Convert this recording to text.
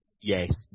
yes